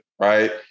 right